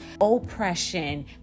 oppression